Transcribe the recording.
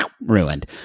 ruined